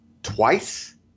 twice